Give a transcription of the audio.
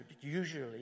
usually